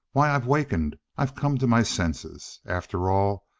why, i've wakened i've come to my senses. after all,